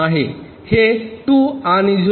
हे 2 आणि 0